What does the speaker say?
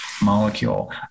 molecule